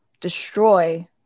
destroy